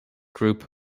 group